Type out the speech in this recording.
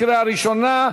קריאה ראשונה.